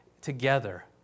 together